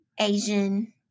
Asian